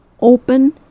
Open